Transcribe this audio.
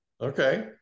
Okay